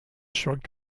shrugged